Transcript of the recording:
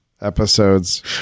episodes